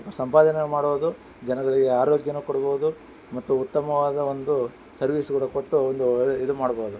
ಸಂಪಾದನೆ ಮಾಡೋದು ಜನಗಳಿಗೆ ಆರೋಗ್ಯವೂ ಕೊಡಬೋದು ಮತ್ತು ಉತ್ತಮವಾದ ಒಂದು ಸರ್ವಿಸ್ ಕೂಡ ಕೊಟ್ಟು ಒಂದು ಒಳ್ಳೆ ಇದು ಮಾಡಬೋದು